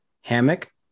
hammock